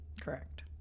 correct